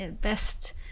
best